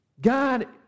God